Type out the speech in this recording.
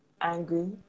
angry